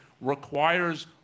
requires